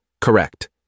Correct